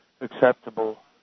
acceptable